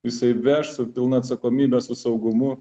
jisai veš su pilna atsakomybe su saugumu